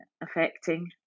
affecting